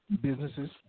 Businesses